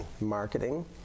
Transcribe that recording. marketing